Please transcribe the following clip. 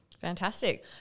Fantastic